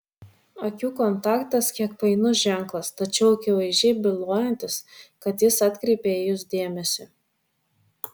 akių kontaktas kiek painus ženklas tačiau akivaizdžiai bylojantis kad jis atkreipė į jus dėmesį